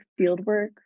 fieldwork